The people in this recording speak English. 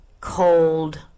cold